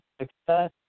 Success